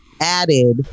added